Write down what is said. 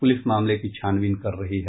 police मामले की छानबीन कर रही है